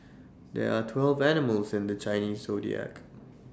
there are twelve animals in the Chinese Zodiac